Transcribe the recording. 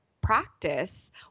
practice